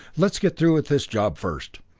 let's get through with this job first,